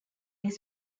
this